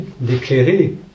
d'éclairer